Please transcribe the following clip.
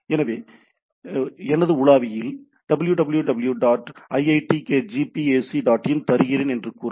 எனவே எனது உலாவியில் "www dot iitkgp ac dot in" தருகிறேன் என்று கூறுங்கள்